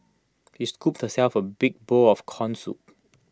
she scooped herself A big bowl of Corn Soup